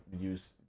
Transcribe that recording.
Use